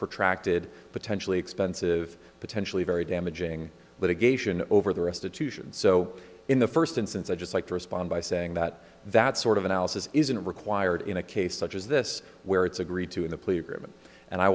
protracted potentially expensive potentially very damaging litigation over the restitution so in the first instance i just like to respond by saying that that sort of analysis isn't required in a case such as this where it's agreed to